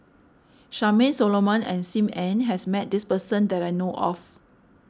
Charmaine Solomon and Sim Ann has met this person that I know of